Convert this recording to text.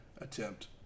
attempt